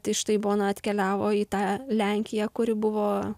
tai štai bona atkeliavo į tą lenkiją kuri buvo